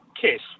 Kiss